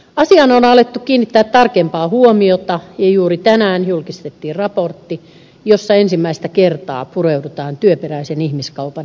asiaan on alettu kiinnittää tarkempaa huomiota ja juuri tänään julkistettiin raportti jossa ensimmäistä kertaa pureudutaan työperäisen ihmiskaupan esiintymiseen suomessa